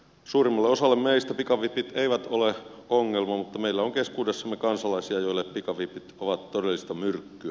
suurimmalle osalle meistä pikavipit eivät ole ongelma mutta meillä on keskuudessamme kansalaisia joille pikavipit ovat todellista myrkkyä